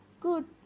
good